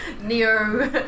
Neo